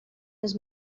les